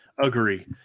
Agree